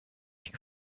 ich